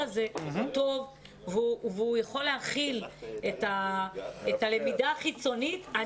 מאפשר זאת ויכול להכיל את הלמידה החיצונית.